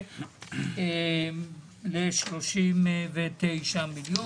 ל-39 מיליון.